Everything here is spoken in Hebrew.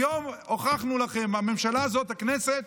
היום הוכחנו לכם: הממשלה הזאת, הכנסת,